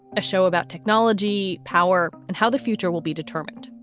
a show about technology, power and how the future will be determined.